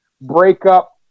breakup